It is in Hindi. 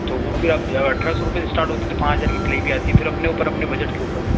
तो वह फिर आप अठारह सौ रुपये से इस्टार्ट होती तो पाँच हज़ार की प्लेइ भी आती फिर अपने ऊपर अपने बजट के ऊपर है